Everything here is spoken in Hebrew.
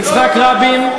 יצחק רבין,